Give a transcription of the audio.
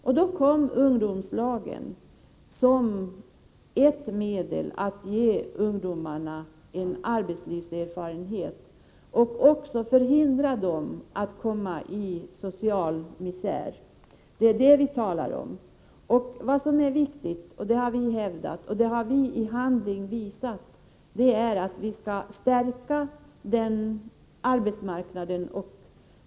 Då infördes ungdomslagen, som ett medel att ge ungdomarna arbetslivserfarenhet och också för att hindra dem från att råka i social misär. Det är det vi talar om. Det viktiga — och det har vi också visat i handling — är att stärka arbetsmarknaden.